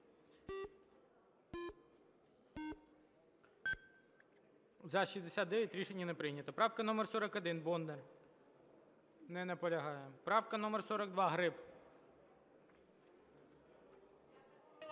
За-69 Рішення не прийнято. Правка номер 41, Бондар. Не наполягає. Правка номер 42, Гриб.